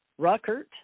Ruckert